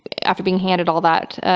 after being handed all that,